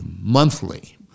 monthly